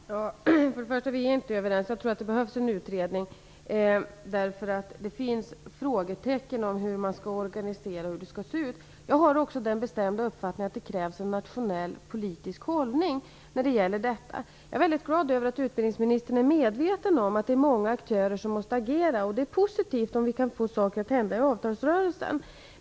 Herr talman! För det första är vi inte överens - jag tror att det behövs en utredning. Det finns frågetecken som gäller hur man skall organisera det och hur det skall se ut. Jag har också den bestämda uppfattningen att det krävs en nationell politisk hållning när det gäller detta. Jag är glad över att utbildningsministern är medveten om att det är många aktörer som måste agera, och det är positivt om vi kan få något att hända i avtalsrörelsen.